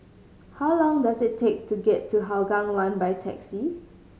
how long does it take to get to Hougang One by taxi